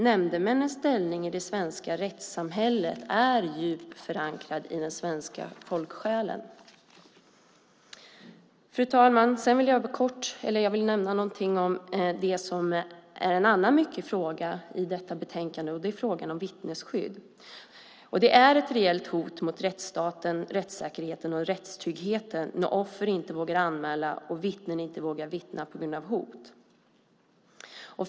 Nämndemännens ställning i det svenska rättssamhället är djupt förankrad i den svenska folksjälen. Fru talman! Jag vill nämna någonting om en annan viktig fråga i detta betänkande, och det är frågan om vittnesskydd. Det är ett reellt hot mot rättsstaten, rättssäkerheten och rättstryggheten när offer inte vågar anmäla och vittnen inte vågar vittna på grund av hot.